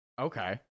Okay